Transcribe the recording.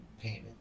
payment